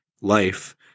life